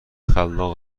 خلاق